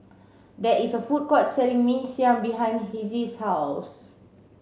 there is a food court selling Mee Siam behind Hezzie's house